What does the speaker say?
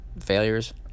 failures